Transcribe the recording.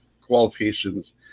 qualifications